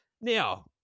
Now